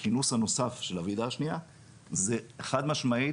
הכינוס הנוסף של הוועידה השנייה זה חד משמעית,